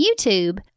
YouTube